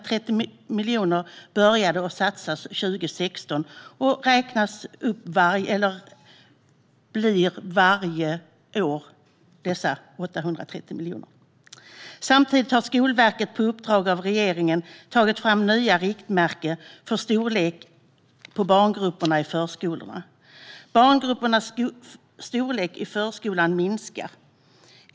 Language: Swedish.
År 2016 började man satsa 830 miljoner, och det blir varje år dessa 830 miljoner. Samtidigt har Skolverket på uppdrag av regeringen tagit fram nya riktmärken för storleken på barngrupperna i förskolorna. Barngruppernas storlek i förskolan minskar.